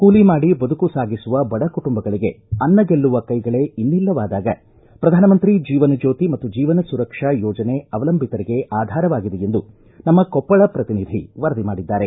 ಕೂಲಿ ಮಾಡಿ ಬದುಕು ಸಾಗಿಸುವ ಬಡ ಕುಟುಂಬಗಳಿಗೆ ಅನ್ನ ಗೆಲ್ಲುವ ಕೈಗಳೇ ಇನ್ನಿಲ್ಲವಾದಾಗ ಪ್ರಧಾನಮಂತ್ರಿ ಜೀವನ್ ಜ್ಯೋತಿ ಮತ್ತು ಜೀವನ್ ಸುರಕ್ಷಾ ಯೋಜನೆ ಅವಲಂಬಿತರಿಗೆ ಆಧಾರವಾಗಿದೆ ಎಂದು ನಮ್ಮ ಕೊಪ್ಪಳ ಶ್ರತಿನಿಧಿ ವರದಿ ಮಾಡಿದ್ದಾರೆ